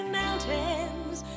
mountains